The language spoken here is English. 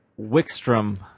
Wickstrom